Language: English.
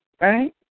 Right